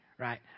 right